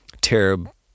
terrible